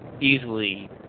easily